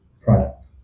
product